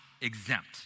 exempt